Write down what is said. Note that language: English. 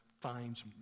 finds